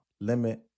limit